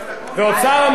חבר הכנסת חסון,